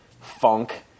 funk